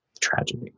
tragedy